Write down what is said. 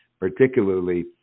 particularly